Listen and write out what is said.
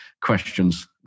questions